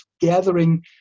gathering